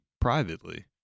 privately